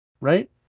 right